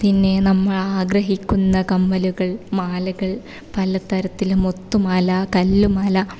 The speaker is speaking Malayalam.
പിന്നെ നമ്മൾ ആഗ്രഹിക്കുന്ന കമ്മലുകൾ മാലകൾ പലതരത്തിൽ മുത്തുമാല കല്ലുമാല